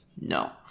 No